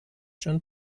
schon